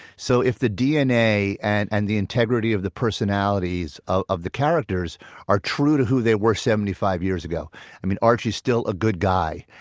so if the dna and and the integrity of the personalities of of the characters are true to who they were seventy five years ago i mean, archie is still a good guy,